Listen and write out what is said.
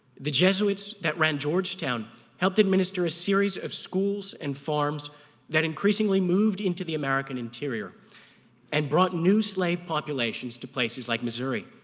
the jesuits that ran georgetown helped administer a series of schools and farms that increasingly moved into the american interior and brought new slave populations to places like missouri.